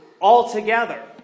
altogether